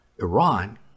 Iran